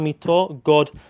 God